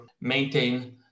maintain